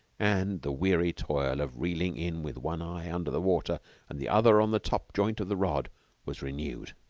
and the weary toil of reeling in with one eye under the water and the other on the top joint of the rod was renewed.